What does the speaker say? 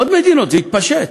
עוד מדינות, זה יתפשט.